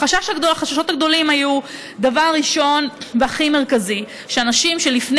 והחששות הגדולים היו: דבר ראשון והכי מרכזי הוא שאנשים שלפני